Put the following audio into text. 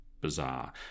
bizarre